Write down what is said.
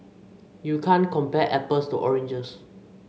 you can't compare apples to oranges